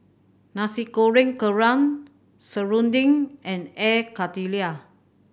Nasi Goreng Kerang serunding and Air Karthira